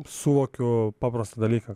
suvokiu paprastą dalyką